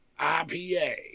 IPA